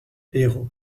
herlaut